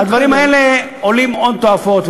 הדברים האלה עולים הון תועפות,